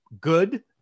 good